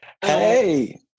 Hey